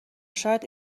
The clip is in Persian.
شاید